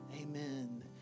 Amen